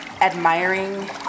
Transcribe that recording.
admiring